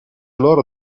loro